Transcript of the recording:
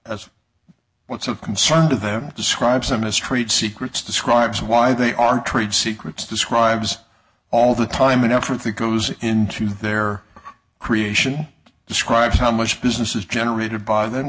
as what's so concerning to them describes them as trade secrets describes why they are trade secrets describes all the time and effort that goes into their creation describes how much business is generated by them